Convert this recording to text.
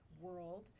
world